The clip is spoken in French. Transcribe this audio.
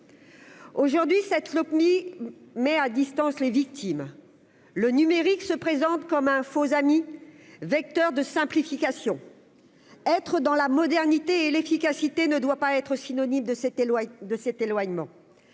aujourd'hui cette Lopmi mais à distance les victimes le numérique se présente comme un faux ami vecteur de simplification, être dans la modernité et l'efficacité ne doit pas être synonyme de 7 éloigne